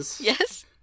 Yes